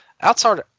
outside